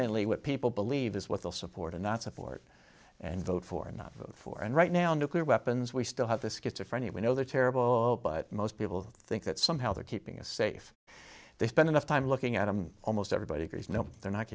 mainly what people believe is what they'll support or not support and vote for and not vote for and right now nuclear weapons we still have the schizophrenia we know they're terrible but most people think that somehow they're keeping us safe they spend enough time looking at them almost everybody agrees no they're not